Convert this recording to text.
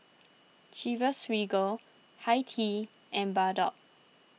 Chivas Regal Hi Tea and Bardot